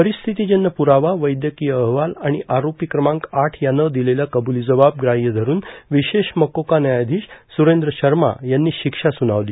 परिस्थितीजन्य पुरावा वैद्यकीय अहवाल आणि आरोपी क्रमांक आठ यानं दिलेला कबुली जबाब ग्राह्य धरून विशेष मकोका न्यायाधीश स्रेंद्र शर्मा यांनी शिक्षा स्रनावली